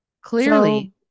clearly